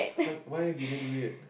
how why did they do it